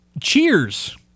Cheers